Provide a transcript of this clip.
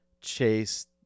chase